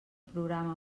programa